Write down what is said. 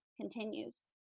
continues